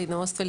מרינה אוסטפלד,